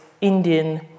Indian